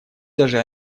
даже